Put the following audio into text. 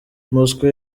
moscow